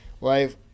Life